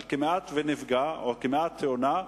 "כמעט נפגע" או "כמעט תאונה",